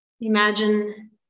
Imagine